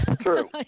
True